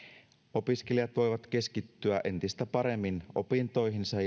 opiskelijat voivat keskittyä entistä paremmin opintoihinsa